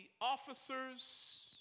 officers